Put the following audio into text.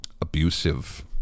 abusive